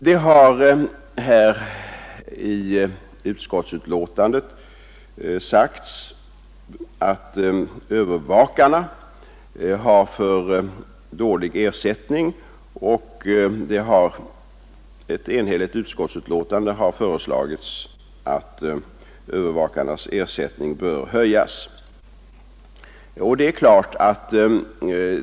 Det har i utskottsbetänkandet sagts att övervakarna har för dålig ersättning, och utskottet har enhälligt föreslagit att övervakarnas ersättning bör höjas.